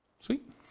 Sweet